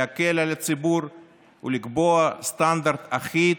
להקל על הציבור ולקבוע סטנדרט אחיד,